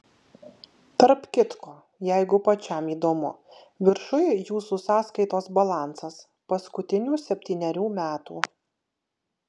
tarp kitko jeigu pačiam įdomu viršuj jūsų sąskaitos balansas paskutinių septynerių metų